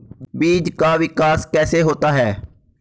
बीज का विकास कैसे होता है?